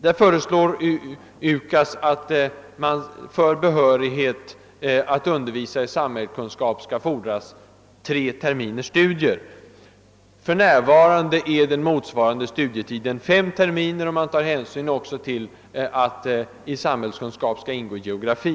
UKAS föreslår att det för behörighet att undervisa i samhällskunskap skall fordras tre terminers studier. För närvarande är studietiden fem terminer, om man tar hänsyn till att i samhällskunskap också skall ingå geografi.